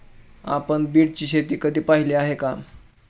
आपण बीटची शेती कधी पाहिली आहे का?